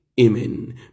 Amen